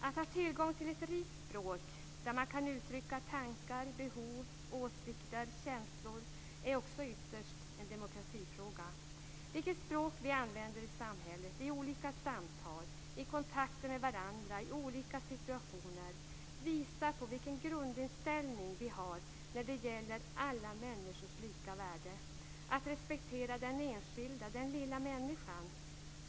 Att ha tillgång till ett rikt språk där man kan uttrycka tankar, behov, åsikter och känslor är också ytterst en demokratifråga. Vilket språk vi använder i samhället - i olika samtal, i kontakter med varandra i olika situationer - visar vilken grundinställning vi har när det gäller alla människors lika värde och att respektera den enskilda, lilla människan.